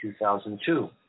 2002